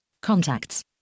Contacts